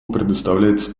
предоставляется